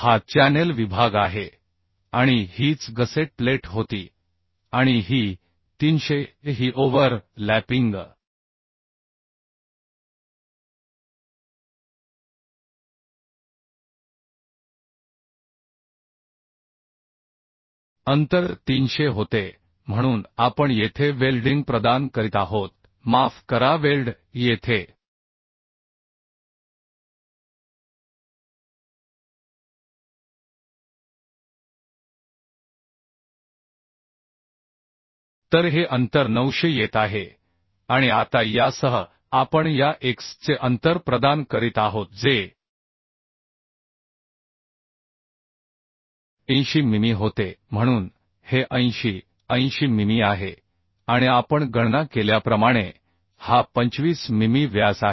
हा चॅनेल विभाग आहे आणि हीच गसेट प्लेट होती आणि ही 300 ही ओव्हर लॅपिंग अंतर 300 होते म्हणून आपण येथे वेल्डिंग प्रदान करीत आहोत माफ करा वेल्ड येथे तर हे अंतर 900 येत आहे आणि आता यासह आपण या x चे अंतर प्रदान करीत आहोत जे 80 मिमी होते म्हणून हे 80 80 मिमी आहे आणि आपण गणना केल्याप्रमाणे हा 25 मिमी व्यास आहे